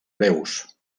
breus